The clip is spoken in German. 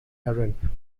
aaron